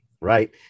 right